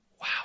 Wow